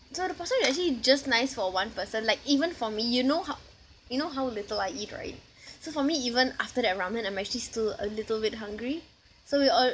so the portion is actually just nice for one person like even for me you know how you know how little I eat right so for me even after that ramen I'm actually still a little bit hungry so we all